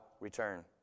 return